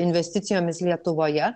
investicijomis lietuvoje